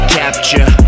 capture